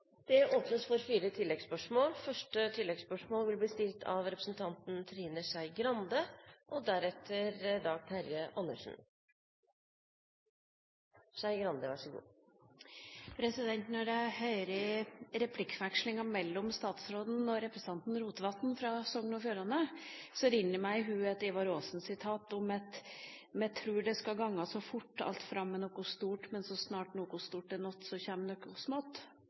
Det åpnes for fire oppfølgingsspørsmål – først Trine Skei Grande. Når jeg hører replikkvekslingen mellom statsministeren og representanten Rotevatn fra Sogn og Fjordane, rinner Ivar Aasens ord meg i hu: Me trur det skal ganga så fort alt fram med noko stort, men så snart noko stort er nådd, kjem noko smått.